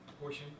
portion